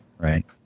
Right